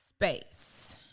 space